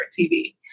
TV